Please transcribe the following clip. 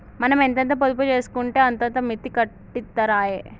మనం ఎంతెంత పొదుపు జేసుకుంటే అంతంత మిత్తి కట్టిత్తరాయె